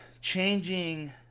Changing